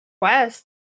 quest